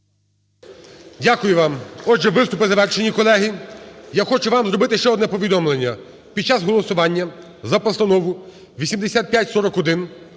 Дякую вам. Отже, виступи завершені, колеги. Я хочу вам зробити ще одне повідомлення. Під час голосування за Постанову 8541